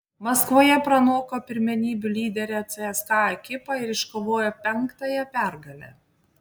maskvoje pranoko pirmenybių lyderę cska ekipą ir iškovojo penktąją pergalę